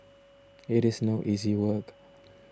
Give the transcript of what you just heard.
it is no easy work